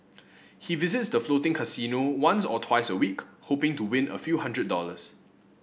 he visits the floating casino once or twice a week hoping to win a few hundred dollars